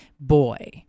boy